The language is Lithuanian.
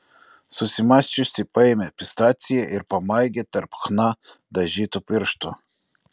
susimąsčiusi paėmė pistaciją ir pamaigė tarp chna dažytų pirštų